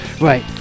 Right